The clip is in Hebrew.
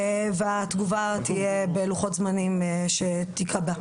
התגובה תהיה בלוחות זמנים שייקבעו.